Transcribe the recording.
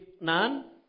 none